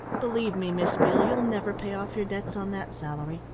believe me, miss beale, you'll never pay off your debts on that salary,